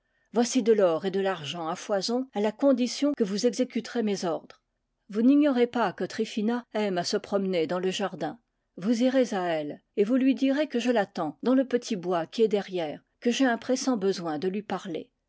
voici de l'or et de l'argent à foison à la condition que vous exécuterez mes ordres vous n'ignorez pas que tryphina aime à se promener dans le jardin vous irez à elle et vous lui direz que je l'attends dans le petit bois qui est derrière que j'ai un pressant besoin de lui parler